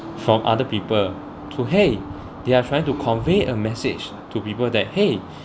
from other people to !hey! they are trying to convey a message to people that !hey!